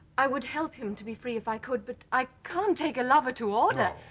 i would help him to be free if i could. but i can't take a lover to order.